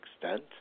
extent